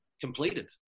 completed